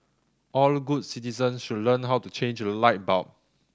all good citizens should learn how to change a light bulb